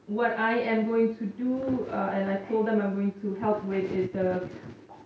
what I am going to do and I've told them I'm going to help with is the